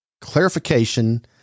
clarification